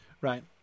right